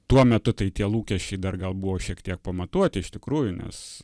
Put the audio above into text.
tuo metu tai tie lūkesčiai dar gal buvo šiek tiek pamatuoti iš tikrųjų nes